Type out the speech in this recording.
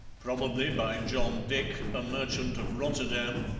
probably by john dick, a merchant of rotterdam,